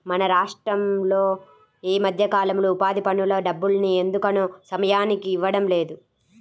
మన రాష్టంలో ఈ మధ్యకాలంలో ఉపాధి పనుల డబ్బుల్ని ఎందుకనో సమయానికి ఇవ్వడం లేదు